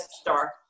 star